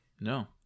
No